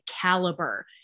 caliber